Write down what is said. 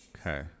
Okay